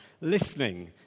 listening